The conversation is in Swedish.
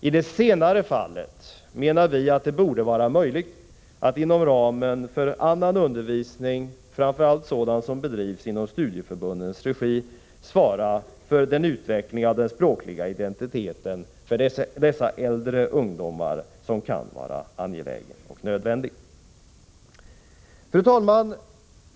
I det senare fallet menar vi att det borde var möjligt att inom ramen för annan undervisning — framför allt sådan som bedrivs i studieförbundens regi — svara för den utveckling av den språkliga identiteten för dessa äldre ungdomar som kan vara angelägen och nödvändig. Fru talman!